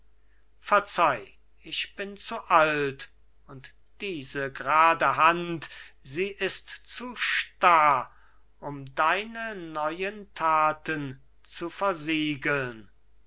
verzeih ich bin zu alt und diese grade hand sie ist zu starr um deine neuen taten zu versiegeln